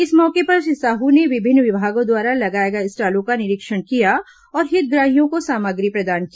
इस मौके पर श्री साहू ने विभिन्न विभागों द्वारा लगाए गए स्टॉलों का निरीक्षण किया और हितग्राहियों को सामग्री प्रदान की